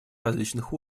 различных